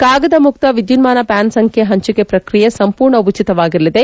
ಕಾಗದಮುಕ್ತ ವಿದ್ಯುನ್ಮಾನ ಪ್ಯಾನ್ ಸಂಖ್ಯೆ ಹಂಚಿಕೆ ಪ್ರಕ್ರಿಯೆ ಸಂಪೂರ್ಣ ಉಚಿತವಾಗಿರಲಿದೆ